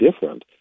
different